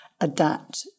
adapt